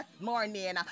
morning